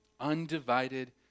Undivided